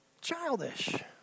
childish